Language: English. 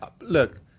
look